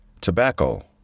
Tobacco